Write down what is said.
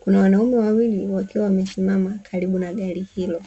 Kuna wanaume wawili wakiwa wamesimama karibu na gari hilo.